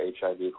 HIV